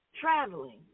traveling